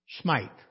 smite